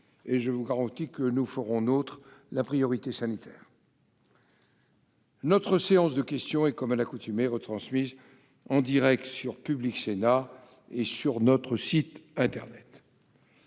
chers collègues, que nous ferons nôtre la priorité sanitaire. Notre séance de questions est, comme à l'accoutumée, retransmise en direct sur Public Sénat et sur notre site internet.